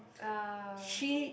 uh